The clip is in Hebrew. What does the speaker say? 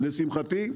לשמחתי,